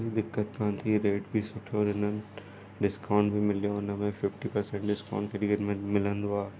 कोई दिक़त कोन थी ऐं रेट बि सुठो ॾिननि डिस्काउंट बि मिलियो उन में फिफ्टी परसेंट डिस्काउंट केॾी केॾीमहिल मिलंदो आहे